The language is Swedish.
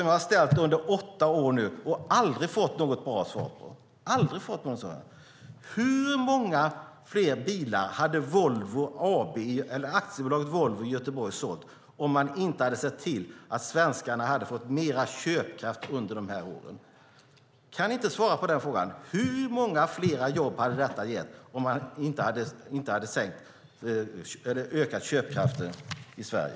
Jag har ställt den under åtta år nu och har aldrig fått något bra svar. Hur många fler bilar hade Aktiebolaget Volvo i Göteborg sålt om man inte hade sett till att svenskarna hade fått mer köpkraft under de här åren? Kan ni inte svara på den frågan? Hur många fler jobb hade det gett om man inte hade ökat köpkraften i Sverige?